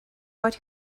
but